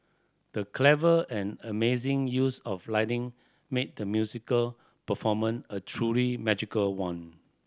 the clever and amazing use of lighting made the musical performance a truly magical one